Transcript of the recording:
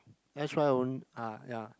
s_y won't ah ya